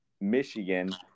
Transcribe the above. Michigan